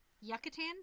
Yucatan